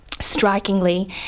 Strikingly